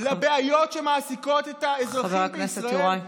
לבעיות שמעסיקות את האזרחים בישראל,